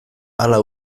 hala